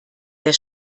der